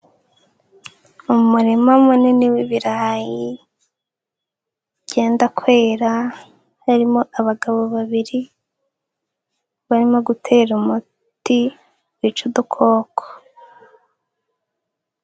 Umurima munini w'ibirayi byenda kwera. Harimo abagabo babiri barimo gutera umuti wica udukoko.